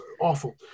awful